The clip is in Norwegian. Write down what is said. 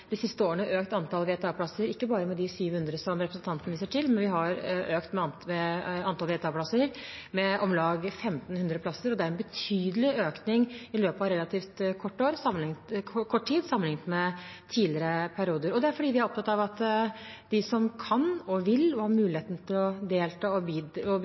de siste årene økt antallet VTA-plasser – ikke bare med de 700 plassene som representanten Lundteigen viser til; vi har økt antallet VTA-plasser med om lag 1 500. Det er en betydelig økning i løpet av relativt kort tid sammenliknet med tidligere perioder. Det er fordi vi er opptatt av at de som kan, vil og har mulighet til å delta og